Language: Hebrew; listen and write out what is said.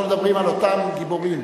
אנחנו מדברים על אותם גיבורים.